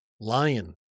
lion